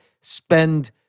spend